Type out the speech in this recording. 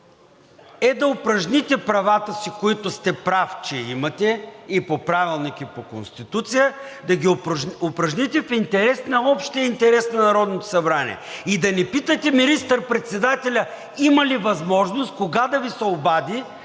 е да упражните правата си, които сте прав, че имате и по Правилник, и по Конституция, да ги упражните в интерес на общия интерес на Народното събрание! Да не питате министър-председателя: има ли възможност, кога да Ви се обади,